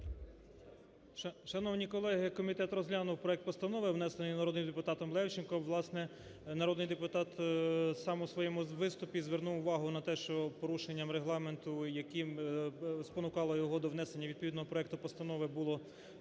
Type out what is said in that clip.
Шановні колеги, комітет розглянув проект постанови, внесений народним депутатом Левченком. Власне, народний депутат сам у своєму виступі звернув увагу на те, що порушенням Регламенту, яке спонукало його до внесення відповідного проекту постанови, було голосування,